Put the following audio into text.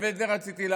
ואת זה רציתי להגיד,